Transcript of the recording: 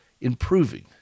improving